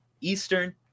Eastern